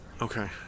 Okay